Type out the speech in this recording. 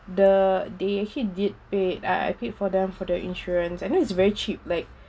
the they actually did pay I I pay for them for the insurance and I know it's very cheap like